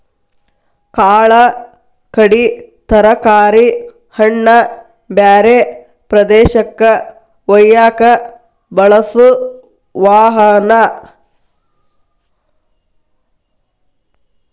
ಕಾಳ ಕಡಿ ತರಕಾರಿ ಹಣ್ಣ ಬ್ಯಾರೆ ಪ್ರದೇಶಕ್ಕ ವಯ್ಯಾಕ ಬಳಸು ವಾಹನಾ